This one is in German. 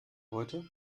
heute